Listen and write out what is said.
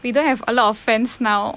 we don't have a lot of friends now